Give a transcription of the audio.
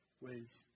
ways